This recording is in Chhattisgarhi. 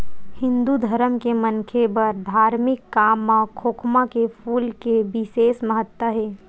हिंदू धरम के मनखे बर धारमिक काम म खोखमा के फूल के बिसेस महत्ता हे